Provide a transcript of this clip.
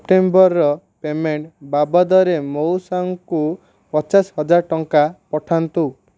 ସେପ୍ଟେମ୍ବରର payment ବାବଦରେ ମଉସାଙ୍କୁ ପଚାଶ ହଜାର ଟଙ୍କା ପଠାନ୍ତୁ